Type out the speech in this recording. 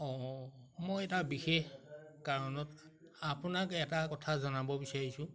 অঁ মই এটা বিশেষ কাৰণত আপোনাক এটা কথা জনাব বিচাৰিছোঁ